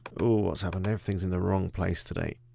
always having everything's in the wrong place today.